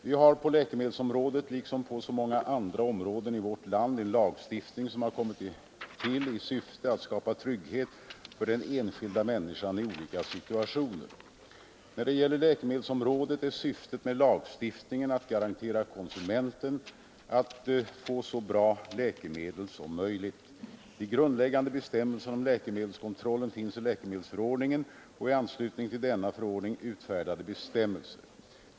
Vi har på läkemedelsområdet liksom på så många andra områden i vårt land en lagstiftning som har kommit till i syfte att skapa trygghet för den enskilda människan i olika situationer. När det gäller läkemedelsområdet är syftet med lagstiftningen att garantera konsumenten att få så bra läkemedel som möjligt. De grundläggande bestämmelserna om läkemedelskontrollen finns i läkemedelsförordningen och i anslutning till denna förordning utfärdade bestämmelser.